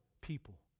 people